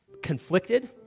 conflicted